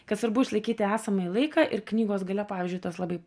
kad svarbu išlaikyti esamąjį laiką ir knygos gale pavyzdžiui tas labai